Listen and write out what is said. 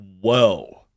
whoa